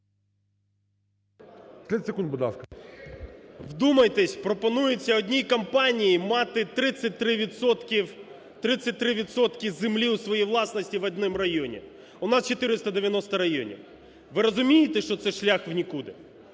Вдумайтеся: пропонується одній компанії мати 33 відсотки землі у своїй власності в одному районі, у нас 490 районів. Ви розумієте, що це шлях в нікуди?